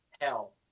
hell